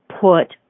put